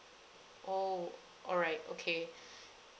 oh all right okay